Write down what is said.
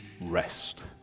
rest